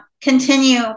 continue